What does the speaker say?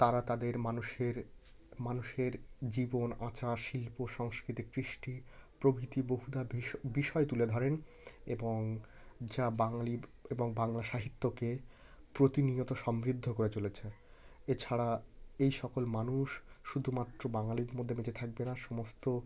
তারা তাদের মানুষের মানুষের জীবন আচার শিল্প সংস্কৃতি কৃষ্টি প্রভৃতি বহুধা বিষয় তুলে ধরেন এবং যা বাঙলি এবং বাংলা সাহিত্যকে প্রতিনিয়ত সমৃদ্ধ করে চলেছে এছাড়া এই সকল মানুষ শুধুমাত্র বাঙালির মধ্যে বেঁচে থাকবে না সমস্ত